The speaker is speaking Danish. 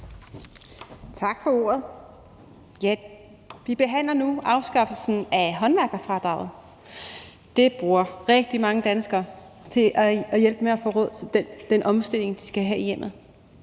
Tak for ordet. Vi behandler nu afskaffelsen af håndværkerfradraget. Det bruger rigtig mange danskere som en hjælp til at få råd til den omstilling, de skal have af hjemmet.